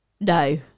No